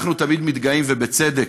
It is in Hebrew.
אנחנו תמיד מתגאים, ובצדק,